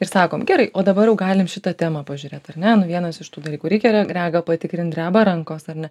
ir sakom gerai o dabar jau galim šitą temą pažiūrėt ar ne vienas iš tų dalykų reikia reg regą patikrint dreba rankos ar ne